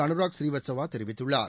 Anurag ஸ்ரீவத்கவாதெரிவித்துள்ளார்